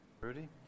Rudy